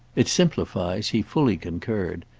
it simplifies he fully concurred.